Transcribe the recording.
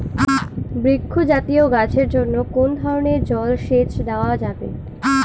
বৃক্ষ জাতীয় গাছের জন্য কোন ধরণের জল সেচ দেওয়া যাবে?